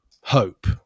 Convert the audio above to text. Hope